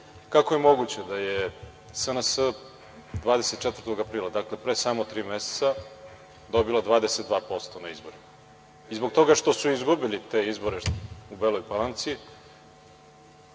je moguće da je SNS 24. aprila, dakle, pre samo tri meseca, dobila 22% na izborima? Zbog toga što su izgubili te izbore u Beloj Palanci